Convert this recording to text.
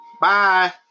Bye